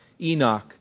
Enoch